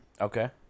Okay